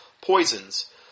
poisons